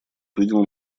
принял